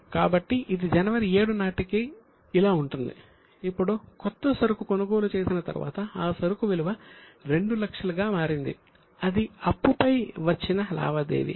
కాబట్టి ఇది జనవరి 7 నాటికి ఇలా ఉంది ఇప్పుడు కొత్త సరుకు కొనుగోలు చేసిన తరువాత అ సరుకు విలువ 200000 గా మారింది ఇది అప్పు పై వచ్చిన లావాదేవీ